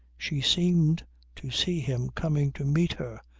she seemed to see him coming to meet her,